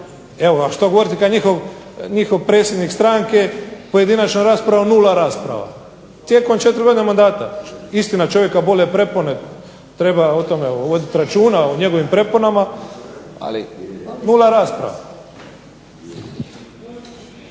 A što govoriti kad njihov predsjednik stranke pojedinačna rasprava 0 rasprava tijekom četiri godine mandata. Istina, čovjeka bole prepone, treba o tome voditi računa, o njegovim preponama, ali 0 rasprava.